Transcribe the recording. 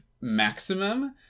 maximum